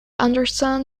anderson